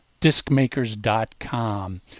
DiscMakers.com